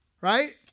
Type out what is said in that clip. Right